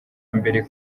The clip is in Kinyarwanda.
mbere